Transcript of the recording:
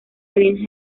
salinas